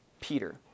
Peter